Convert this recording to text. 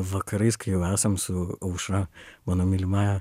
vakarais kai jau esam su aušra mano mylimąja